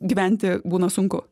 gyventi būna sunku